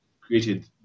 created